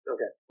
Okay